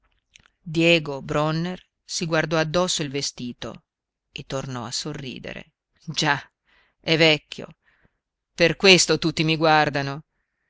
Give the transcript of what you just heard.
diego bronner si guardò addosso il vestito e tornò a sorridere già è vecchio per questo tutti mi guardano